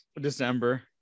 December